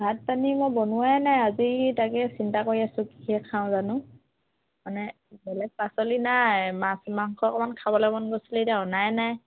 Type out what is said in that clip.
ভাত পানী মই বনোৱাই নাই আজি তাকে চিন্তা কৰি আছোঁ কিহে খাওঁ জানো মানে বেলেগ পাচলি নাই মাছ মাংস অকণমান খাবলে মন গৈছিলে এতিয়া অনাই নাই